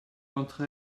d’entre